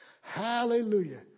Hallelujah